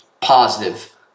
positive